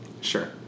Sure